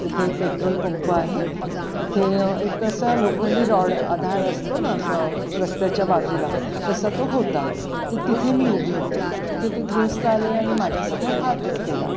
तिथे petrol pump आहे तिथे एक असा लोखंडी रॉड आधार असतो ना असा रस्त्याच्या बाजूला तसा तो होता तर तिथे मी उभे होते तिथे ते गृहस्थ आले आणि माझ्यासमोर हात उट केला